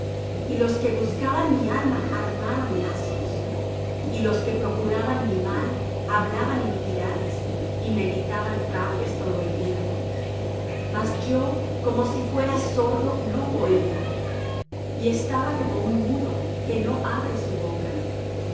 y los que buscaban mi alma armaron lazos y los que procuraban mi mal hablaban iniquidades y meditaban fraudes todo el día mas yo como si fuera sordo no oía y estaba como un mudo que no abre su boca